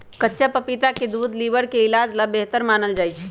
कच्चा पपीता के दूध लीवर के इलाज ला बेहतर मानल जाहई